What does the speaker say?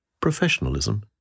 professionalism